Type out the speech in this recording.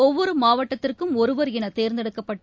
ஒவ்வொருமாவட்டத்திற்கும் ஒருவர் எனதேர்ந்தெடுக்கப்பட்டு